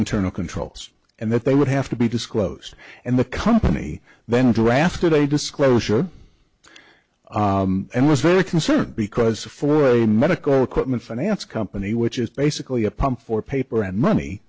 internal controls and that they would have to be disclosed and the company then drafted a disclosure and was very concerned because for a medical equipment finance company which is basically a pump for paper and money